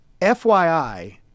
FYI